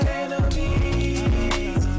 enemies